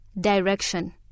direction